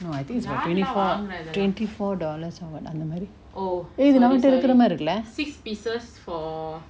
no I think it's for twenty four twenty four dollars or what அந்தமாரி:anthamari eh இது நம்மட்ட இருக்குர மாரி இருக்குல:ithu nammata irukura mari irukula